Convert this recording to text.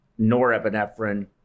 norepinephrine